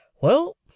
Well